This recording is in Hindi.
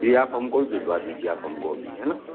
ये आप हम को भी भिजवा दीजिए आप हम को अभी है ना